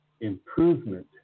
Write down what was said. improvement